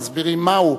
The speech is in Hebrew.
מסבירים מהו.